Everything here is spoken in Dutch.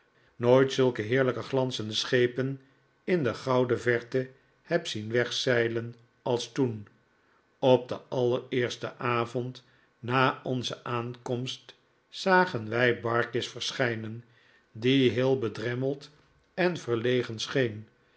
nooit zulke heerlijke glanzende schepen in de gouden verte heb zien wegzeilen als toen op den allereersten avond na onze aankomst zagen wij barkis verschijnen die heel bedremmeld en verlegen scheen